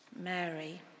Mary